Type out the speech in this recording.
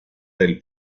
del